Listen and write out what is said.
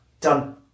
done